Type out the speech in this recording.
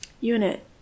unit